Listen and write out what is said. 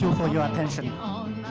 for your attention.